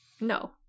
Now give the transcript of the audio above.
No